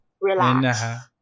Relax